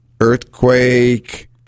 earthquake